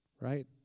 Right